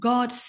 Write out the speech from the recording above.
God